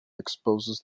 exposes